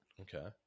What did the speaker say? Okay